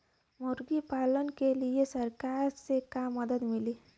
मुर्गी पालन के लीए सरकार से का मदद मिली?